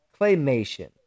claymation